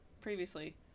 previously